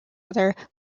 other